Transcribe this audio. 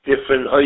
different